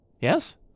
Yes